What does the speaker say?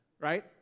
right